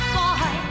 boy